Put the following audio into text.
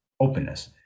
openness